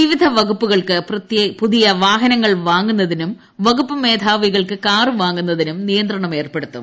വിവിധ വകുപ്പുകൾക്ക് പുതിയ വാഹനങ്ങൾ വാങ്ങുന്നത്രിനും വകുപ്പ് മേധാവികൾക്ക് കാറുകൾ വാങ്ങുന്നതിനും നിയന്ത്രണം ഏർപ്പെടുത്തും